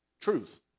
truth